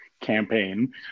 campaign